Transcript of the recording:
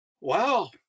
Wow